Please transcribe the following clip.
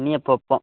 இனி அப்போ அப்போ